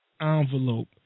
envelope